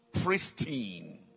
pristine